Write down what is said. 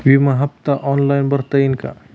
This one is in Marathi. विमा हफ्ता ऑनलाईन भरता येईल का?